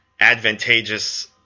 advantageous